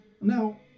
Now